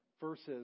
verses